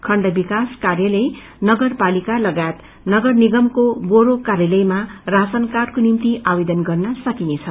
खण्ड विकास कायालय नगरपालिका लगायत गनर निगमको बोरो कार्यालय राशन कार्डको निम्ति आवेदन गर्न सकिनेछ